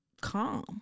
calm